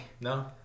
No